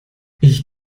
ich